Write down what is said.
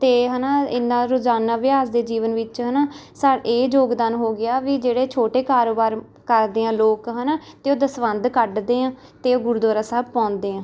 ਅਤੇ ਹੈ ਨਾ ਇਨ੍ਹਾਂ ਰੋਜ਼ਾਨਾ ਅਭਿਆਸ ਦੇ ਜੀਵਨ ਵਿੱਚ ਹੈ ਨਾ ਸਾ ਇਹ ਯੋਗਦਾਨ ਹੋ ਗਿਆ ਵੀ ਜਿਹੜੇ ਛੋਟੇ ਕਾਰੋਬਾਰ ਕਰਦੇ ਆ ਲੋਕ ਹੈ ਨਾ ਅਤੇ ਉਹ ਦਸਵੰਧ ਕੱਢਦੇ ਆ ਅਤੇ ਉਹ ਗੁਰਦੁਆਰਾ ਸਾਹਿਬ ਪਾਉਂਦੇ ਆ